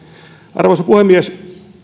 arvoisa puhemies